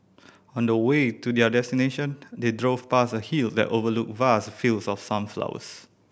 on the way to their destination they drove past a hill that overlooked vast fields of sunflowers